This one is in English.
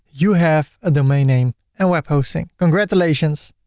you have a domain name and web hosting congratulations.